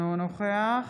אינו נוכח